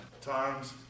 times